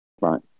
right